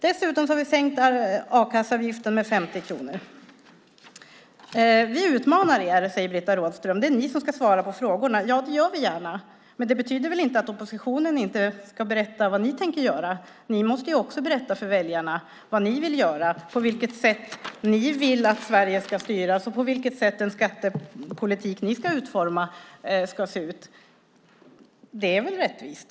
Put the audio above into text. Dessutom har vi sänkt a-kasseavgiften med 50 kronor. Vi utmanar er, säger Britta Rådström och menar att det är vi som ska svara på frågorna. Ja, det gör vi gärna, men det betyder väl inte att ni i oppositionen inte ska berätta vad ni tänker göra? Ni måste också berätta för väljarna vad ni vill göra, på vilket sätt ni vill att Sverige ska styras och hur den skattepolitik ni ska utforma ska se ut. Det är väl rättvist?